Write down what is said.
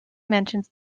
mentions